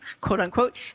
quote-unquote